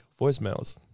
voicemails